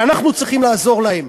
אנחנו צריכים לעזור להם.